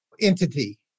entity